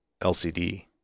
LCD